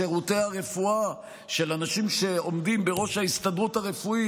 עם שירותי הרפואה של אנשים שעומדים בראש ההסתדרות הרפואית,